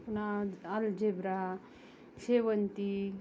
पुन्हा अलजेब्रा शेवंती